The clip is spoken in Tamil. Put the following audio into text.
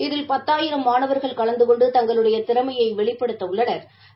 இதில் பத்தாயிரம் மாணவர்கள் கலந்து கொண்டு தங்களுடைய திறமையை வெளிப்படுத்த உள்ளனா்